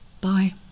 Bye